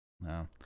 No